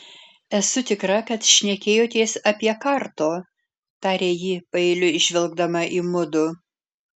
esu tikra kad šnekėjotės apie karto tarė ji paeiliui žvelgdama į mudu